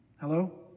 Hello